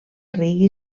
reggae